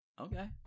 Okay